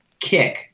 kick